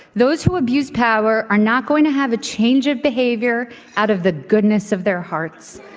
those who abuse power are not going to have a change of behavior out of the goodness of their hearts.